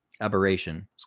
Aberration